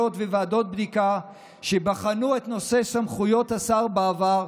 וועדות בדיקה שבחנו את נושא סמכויות השר בעבר,